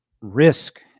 risk